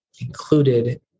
included